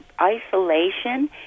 isolation